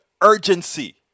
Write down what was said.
urgency